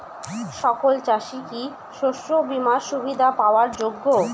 সকল চাষি কি শস্য বিমার সুবিধা পাওয়ার যোগ্য?